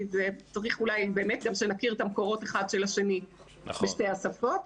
צריך אולי באמת גם שנכיר את המקורות אחד של השני בשתי השפות,